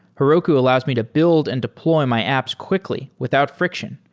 heroku allows me to build and deploy my apps quickly without friction.